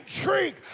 drink